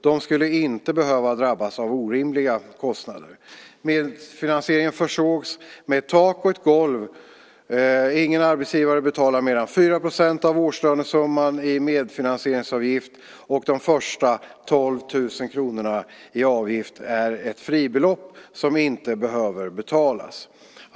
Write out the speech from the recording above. De skulle inte behöva drabbas av orimliga kostnader. Medfinansieringen försågs med ett tak och ett golv. Ingen arbetsgivare betalar mer än 4 % av årslönesumman i medfinansieringsavgift, och de första 12 000 kronorna i avgift är ett fribelopp som inte behöver betalas.